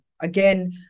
Again